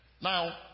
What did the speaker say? Now